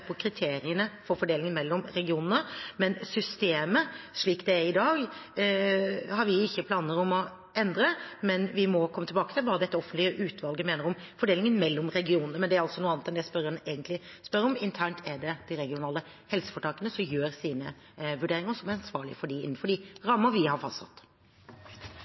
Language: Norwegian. på kriteriene for fordelingen mellom regionene. Men systemet, slik det er i dag, har vi ikke planer om å endre. Vi må komme tilbake til hva det offentlige utvalget mener om fordelingen mellom regionene, men det er altså noen annet enn det spørreren egentlig spør om. Internt er det de regionale helseforetakene som gjør sine vurderinger, og som er ansvarlige for dem innenfor de rammer vi har fastsatt.